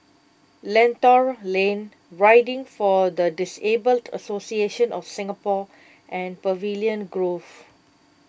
Lentor Lane Riding for the Disabled Association of Singapore and Pavilion Grove